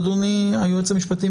אדוני היועץ המשפטי,